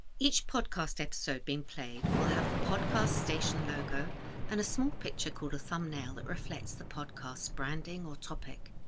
each podcast episode being played will have the podcast station logo and a small picture called a thumbnail that reflects the podcast's branding or topic.